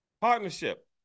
Partnership